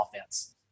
offense